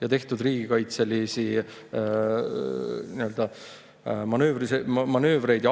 ja tehtud riigikaitselisi manöövreid,